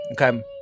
okay